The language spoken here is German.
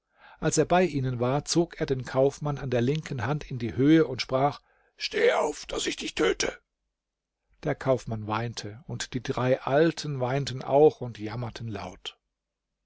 als er bei ihnen war zog er den kaufmann an der linken hand in die höhe und sprach steh auf daß ich dich töte der kaufmann weinte und die drei alten weinten auch und jammerten laut